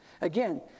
again